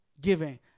giving